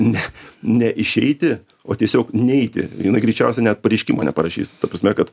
ne ne išeiti o tiesiog neiti jinai greičiausiai net pareiškimo neparašys ta prasme kad